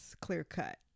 clear-cut